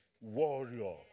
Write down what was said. warrior